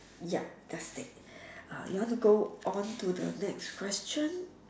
ya fantastic uh you want to go on to the next question